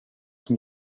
som